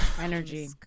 energy